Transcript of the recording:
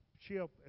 ship